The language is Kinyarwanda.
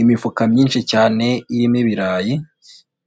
Imifuka myinshi cyane irimo ibirayi,